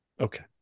Okay